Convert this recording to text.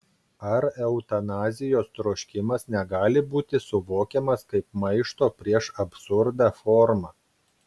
ar eutanazijos troškimas negali būti suvokiamas kaip maišto prieš absurdą forma